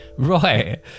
Right